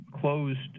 closed